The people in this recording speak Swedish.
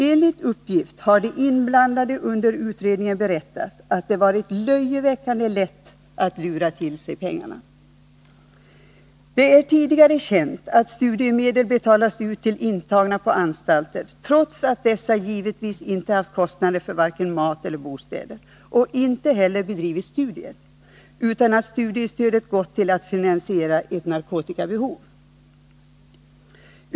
Enligt uppgift har de inblandade under utredningen berättat att det varit löjeväckande lätt att lura till sig pengarna. Det är tidigare känt att studiemedel betalas ut till intagna på anstalter, trots att de givetvis inte haft kostnader för vare sig mat eller bostäder och inte heller bedrivit studier, utan studiestödet har använts till att finansiera narkotikainköp.